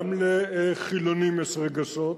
גם לחילונים יש רגשות.